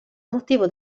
motivo